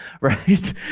right